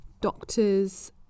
doctors